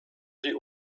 die